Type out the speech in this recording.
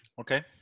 Okay